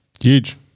Huge